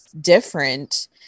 different